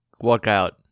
workout